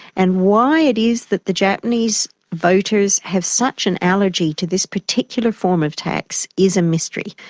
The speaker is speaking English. and why it is that the japanese voters have such an allergy to this particular form of tax is a mystery.